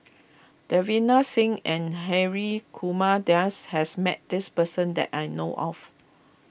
Davinder Singh and Hri Kumar Nair has met this person that I know of